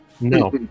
No